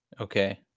Okay